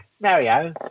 Mario